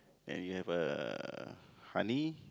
and you have a honey